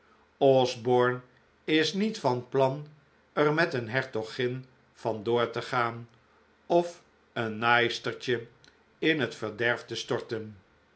osborne is niet van plan er met een hertogin van door te gaan of een naaistertje in het vcrderf te storten